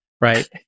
Right